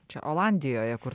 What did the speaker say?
čia olandijoje kur